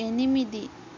ఎనిమిది